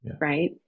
right